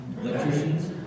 electricians